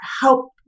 help